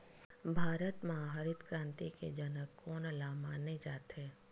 भारत मा हरित क्रांति के जनक कोन ला माने जाथे?